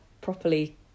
properly